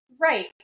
right